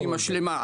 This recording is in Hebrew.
היא משלימה.